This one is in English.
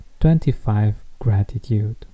25GRATITUDE